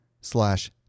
slash